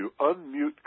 unmute